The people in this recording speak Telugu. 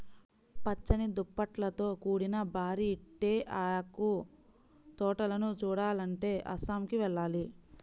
పచ్చని దుప్పట్లతో కూడిన భారీ తేయాకు తోటలను చూడాలంటే అస్సాంకి వెళ్ళాలి